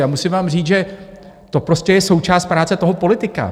A musím vám říct, že to prostě je součást práce toho politika.